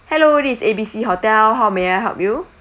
hello this is A B C hotel how may I help you